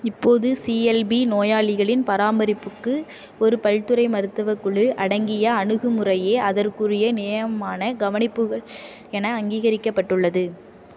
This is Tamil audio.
இப்போது சிஎல்பி நோயாளிகளின் பராமரிப்புக்கு ஒரு பல்துறை மருத்துவக் குழு அடங்கிய அணுகு முறையே அதற்குரிய நியமான கவனிப்புகள் என அங்கீகரிக்கப்பட்டுள்ளது